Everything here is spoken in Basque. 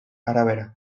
arabera